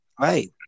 right